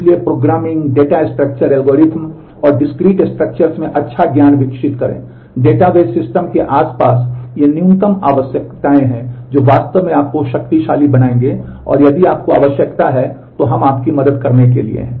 इसलिए programming data structure में अच्छा ज्ञान विकसित करें डेटाबेस सिस्टम के आसपास ये न्यूनतम आवश्यक हैं जो वास्तव में आपको शक्तिशाली बनाएंगे और यदि आपको आवश्यकता है तो हम आपकी मदद करने के लिए हैं